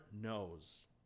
knows